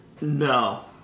No